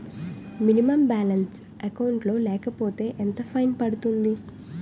Minimum balance account లో లేకపోతే ఎంత ఫైన్ పడుతుంది?